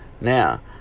Now